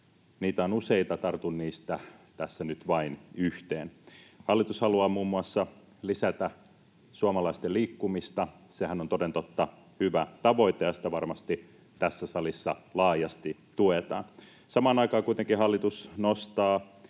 Niitä on useita. Tartun tässä nyt niistä vain yhteen. Hallitus haluaa muun muassa lisätä suomalaisten liikkumista. Sehän on toden totta hyvä tavoite, ja sitä varmasti tässä salissa laajasti tuetaan. Samaan aikaan kuitenkin hallitus nostaa